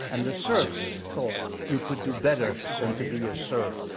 and the serfs thought you could do better than to be a serf.